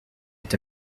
est